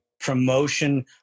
promotion